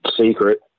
secret